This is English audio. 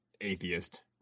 atheist